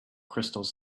crystals